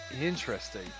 interesting